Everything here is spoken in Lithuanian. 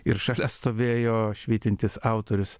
ir šalia stovėjo švytintis autorius